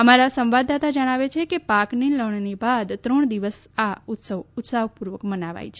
અમારા સંવાદદાતા જણાવે છે કે પાકની લણણી બાદ ત્રણ દિવસ આ ઉત્સવ ઉત્સાહપૂર્વક મનાવાય છે